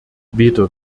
weder